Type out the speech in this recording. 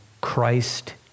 Christ